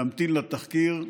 להמתין לתחקיר,